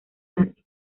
nazi